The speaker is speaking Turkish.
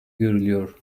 görülüyor